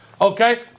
Okay